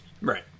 Right